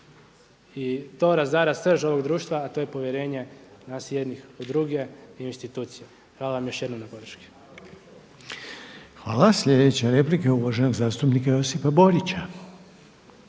i to razara srž ovog društva, a to je povjerenje nas jednih u druge i u institucije. Hvala vam još jednom na podrški. **Reiner, Željko (HDZ)** Hvala. Sljedeća replika je uvaženog zastupnika Josipa Borića.